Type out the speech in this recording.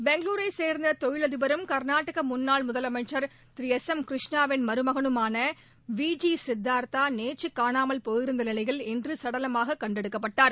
பெங்களுரைச் சேர்ந்த தொழிலதிபரும் கர்நாடக முன்னாள் முதலமைச்சர் திரு எஸ் எம் கிருஷ்ணாவின் மருமகனுமான வி ஜி சித்தாத்தா நேற்று காணாமல் போயிருந்த நிலையில் இன்று சடலமாக கண்டெடுக்கப்பட்டார்